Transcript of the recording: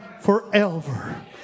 forever